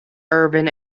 urban